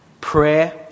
prayer